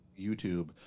YouTube